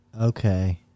Okay